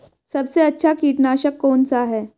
सबसे अच्छा कीटनाशक कौन सा है?